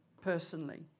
personally